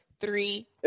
Three